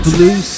Blue